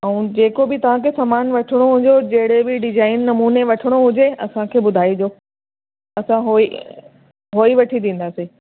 ऐं जेको बि तव्हांखे सामानु वठिणो हुजेव जहिड़े बि डिजाइन नमूने वठिणो हुजे असांखे ॿुधाइजो असां उहो ई हो ई वठी ॾींदासीं